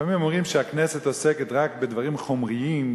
לפעמים אומרים שהכנסת עוסקת רק בדברים חומריים,